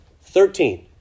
Thirteen